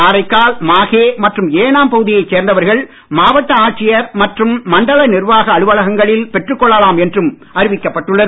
காரைக்கால் மாகே மற்றும் ஏனாம் பகுதியைச் சேர்ந்தவர்கள் மாவட்ட ஆட்சியர் மற்றும் மண்டல நிர்வாக அலுவலகங்களில் பெற்றுக் கொள்ளலாம் என்றும் அறிவிக்கப்பட்டுள்ளது